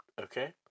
okay